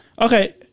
Okay